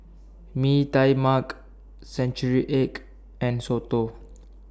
Mee Tai Mak Century Egg and Soto